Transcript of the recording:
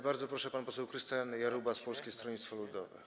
Bardzo proszę, pan poseł Krystian Jarubas, Polskie Stronnictwo Ludowe.